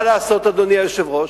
מה לעשות, אדוני היושב-ראש?